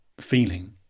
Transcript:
feeling